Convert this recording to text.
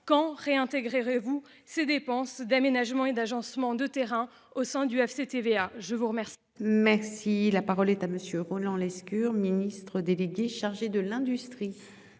quand réintégrer vous ces dépenses d'aménagement et d'agencement de terrain au sein du FCTVA je vous remercie.